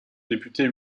député